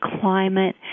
climate